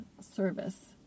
service